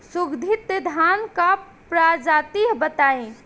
सुगन्धित धान क प्रजाति बताई?